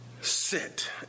Sit